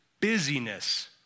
busyness